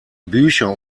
bücher